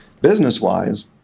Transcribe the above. business-wise